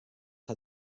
had